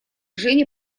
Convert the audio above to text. женя